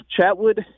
Chatwood